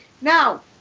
Now